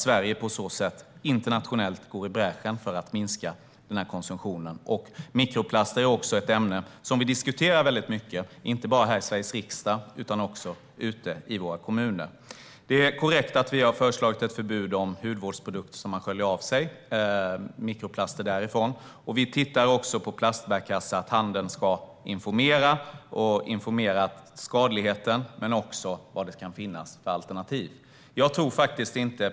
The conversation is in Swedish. Sverige går på så sätt i bräschen internationellt för att minska konsumtionen. Mikroplaster är ett ämne som diskuteras mycket, inte bara i Sveriges riksdag utan också ute i våra kommuner. Det är korrekt att vi har föreslagit ett förbud mot mikroplaster i hudvårdsprodukter som man kan skölja av sig. Vi tittar också på att handeln ska informera om skadligheten i plastbärkassar och vilka alternativ som finns.